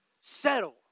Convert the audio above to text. settle